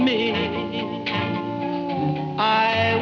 me i